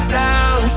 down